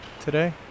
today